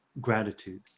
gratitude